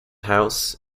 house